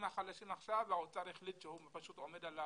החלשים האוצר החליט שהוא עומד על הדקויות.